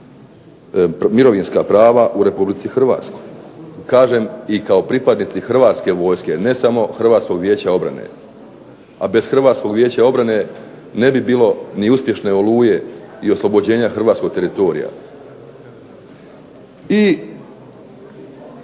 mirovinska prava u Republici Hrvatske. Kažem, i kao pripadnici hrvatske vojske ne samo Hrvatskog vijeća obrane a bez Hrvatskog vijeća obrane ne bi bilo ni uspješne "Oluje" i oslobođenja hrvatskog teritorija.